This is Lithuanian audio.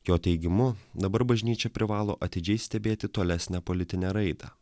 jo teigimu dabar bažnyčia privalo atidžiai stebėti tolesnę politinę raidą